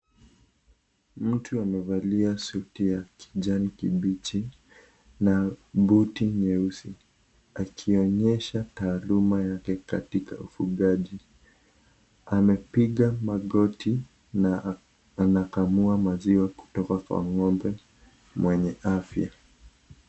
Mtu amevalia suti ya kijani kibichi, na buti nyeusi, akionyesha taaluma yake katika ufugaji, amepiga magoti, na anakamua maziwa kutoka kwa ngombe, mwenye afya.